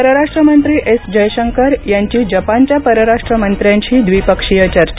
परराष्ट्र मंत्री एस जयशंकर यांची जपानच्या परराष्ट्रमंत्र्यांशी द्विपक्षीय चर्चा